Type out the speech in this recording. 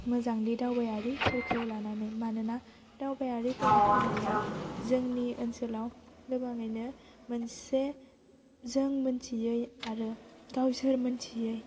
मोजांदि दावबायारिफोरखौ लानानै मानोना दावबायारिफोरा फैनानै जोंनि ओनसोलाव गोबाङैनो मोनसे जों मोनथियै आरो गावसोर मोनथियै